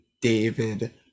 David